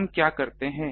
हम क्या करते हैं